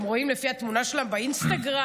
רואים לפי התמונה שלהן באינסטגרם,